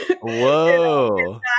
Whoa